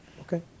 Okay